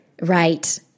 Right